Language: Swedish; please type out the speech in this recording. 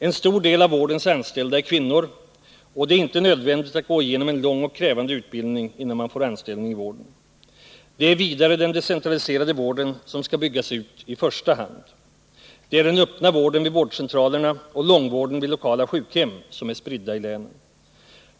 En stor andel av vårdens anställda är kvinnor, och det är inte nödvändigt att gå igenom en lång och krävande utbildning innan man kan få anställning i vården. Det är vidare den decentraliserade vården som skall byggas ut i första hand. Det är den öppna vården vid vårdcentralerna och långvården vid lokala sjukhem som är spridda i länen.